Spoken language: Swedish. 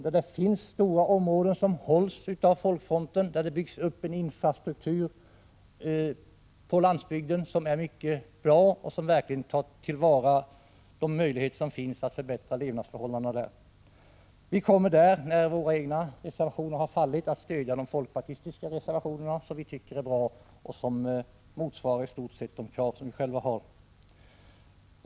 Det finns där stora områden som hålls av folkfronten, vilken ute på landsbygden bygger upp en infrastruktur som är mycket bra och som verkligen tar till vara de möjligheter som finns att förbättra människornas levnadsförhållanden. Vi kommer på dessa punkter, när våra egna reservationer har fallit, att stödja de folkpartistiska reservationerna, som vi tycker är bra och som i stort sett motsvarar de krav som vi själva ställer.